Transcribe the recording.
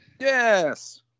Yes